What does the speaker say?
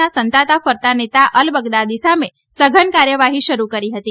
ના સંતાતા ફરતા નેતા અલબગદાદી સામે સઘન કાર્યવાહી શરૂ કરી હતી